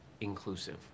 inclusive